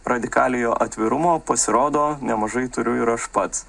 radikaliojo atvirumo pasirodo nemažai turiu ir aš pats